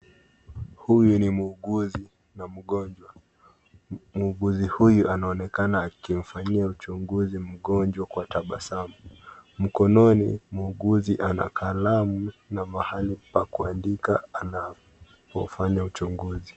Huyu ni muuguzi na mgonjwa. Muuguzi huyu, anaonekana akimfanyia uchunguzi mgonjwa kwa tabasamu. Mkononi, muuguzi ana kalamu na mahali pa kuandika anapofanya uchunguzi.